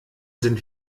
sind